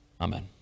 Amen